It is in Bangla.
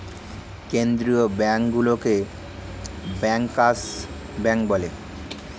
কেন্দ্রীয় ব্যাঙ্কগুলোকে ব্যাংকার্স ব্যাঙ্ক বলে